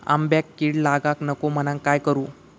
आंब्यक कीड लागाक नको म्हनान काय करू?